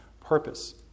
purpose